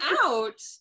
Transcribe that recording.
out